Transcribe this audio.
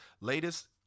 Latest